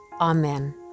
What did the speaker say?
Amen